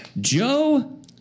Joe